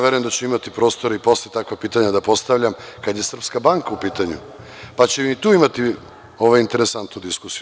Verujem da ću imati prostora i posle takva pitanja da postavljam, kada je „Srpska banka“ u pitanju, pa ćemo i tu imati interesantnu diskusiju.